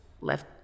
left